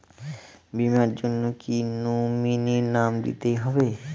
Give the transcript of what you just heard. বীমার জন্য কি নমিনীর নাম দিতেই হবে?